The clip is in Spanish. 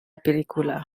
película